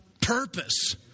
purpose